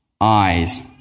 eyes